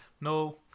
No